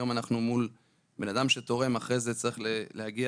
היום בן אדם שתורם אחרי זה צריך להגיע